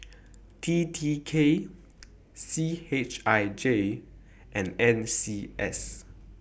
T T K C H I J and N C S